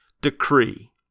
decree